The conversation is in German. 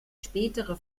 spätere